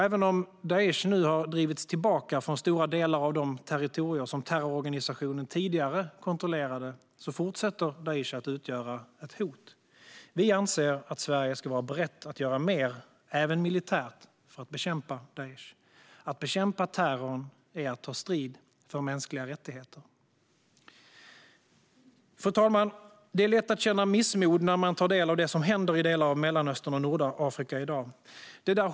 Även om Daish har drivits tillbaka från stora delar av de territorier som terrororganisationen tidigare kontrollerade fortsätter Daish att utgöra ett hot. Vi anser att Sverige ska vara berett att göra mer även militärt för att bekämpa Daish. Att bekämpa terrorn är att ta strid för mänskliga rättigheter. Fru talman! Det är lätt att känna missmod när man tar del av det som händer i delar av Mellanöstern och Nordafrika i dag.